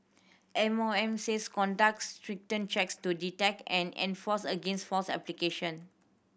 M O M said conducts stringent checks to detect and enforce against false application